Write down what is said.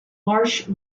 marsh